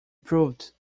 proved